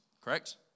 Correct